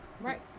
Right